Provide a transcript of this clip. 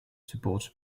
support